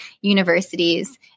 universities